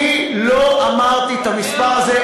אני לא אמרתי את המשפט הזה,